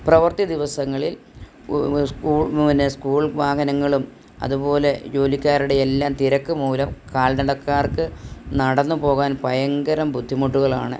പ്രവർത്തി ദിവസങ്ങളിൽ സ്കൂൾ പിന്നെ സ്കൂൾ വാഹനങ്ങളും അതുപോലെ ജോലിക്കാരുടെ എല്ലാം തിരക്ക് മൂലം കാൽനടക്കാർക്ക് നടന്ന് പോകാൻ ഭയങ്കരം ബുദ്ധിമുട്ടുകളാണ്